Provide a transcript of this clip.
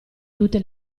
tutte